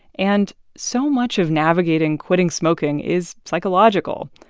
and so much of navigating quitting smoking is psychological.